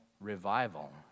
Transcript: revival